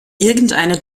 irgendeine